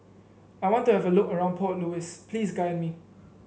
I want to have a look around Port Louis Please guide me